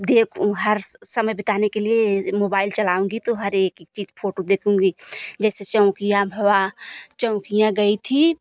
दे वह हर समय बिताने के लिए मोबाइल चलाऊँगी तो हर एक चीज़ फोटो देखूँगी जैसे चौकिया भव चौकिया गई थी